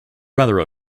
rather